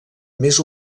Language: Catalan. més